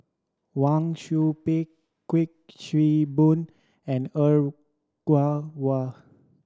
Wang Sui Pick Kuik Swee Boon and Er Kwong Wah